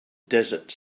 desert